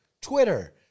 Twitter